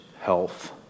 health